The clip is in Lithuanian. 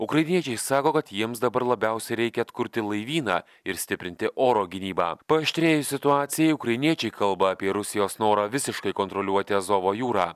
ukrainiečiai sako kad jiems dabar labiausiai reikia atkurti laivyną ir stiprinti oro gynybą paaštrėjus situacijai ukrainiečiai kalba apie rusijos norą visiškai kontroliuoti azovo jūrą